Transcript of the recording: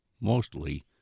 mostly